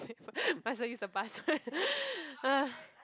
pay for might as well use the password ya